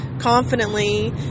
confidently